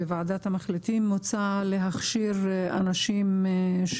בהצעת המחליטים מוצע להכשיר אנשים.